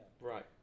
right